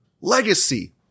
legacy